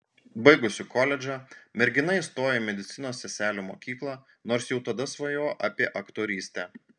baigusi koledžą mergina įstojo į medicinos seselių mokyklą nors jau tada svajojo apie aktorystę